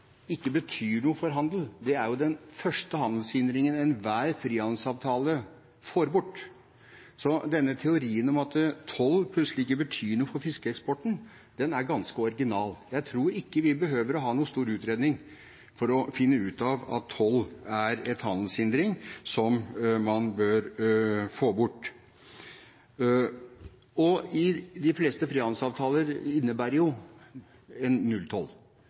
ikke betyr noe for handel – det er jo den første handelshindringen enhver frihandelsavtale får bort, så denne teorien om at toll plutselig ikke betyr noe for fiskeeksporten, er ganske original. Jeg tror ikke vi behøver å ha noen stor utredning for å finne ut av at toll er en handelshindring som man bør få bort. De fleste frihandelsavtaler innebærer en nulltoll,